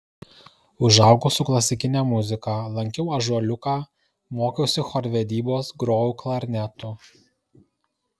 užaugau su klasikine muzika lankiau ąžuoliuką mokiausi chorvedybos grojau klarnetu